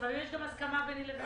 אני מודה לך.